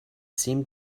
seemed